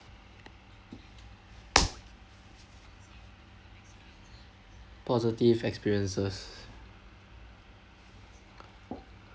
positive experiences